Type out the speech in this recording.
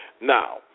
Now